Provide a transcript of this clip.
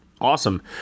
Awesome